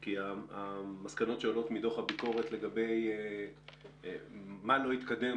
כי המסקנות שעולות מדוח הביקורת לגבי מה לא התקדם